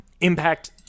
impact